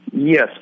Yes